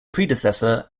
predecessor